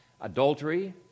adultery